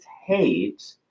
hate